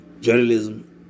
journalism